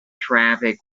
traffic